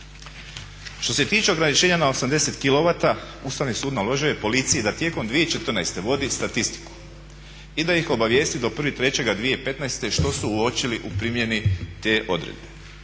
Što se tiče ograničenja na 80 kw Ustavni sud naložio je policiji da tijekom 2014. vodi statistiku i da ih obavijesti do 1.3.2015. što su uočili u primjeni te odredbe.